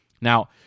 Now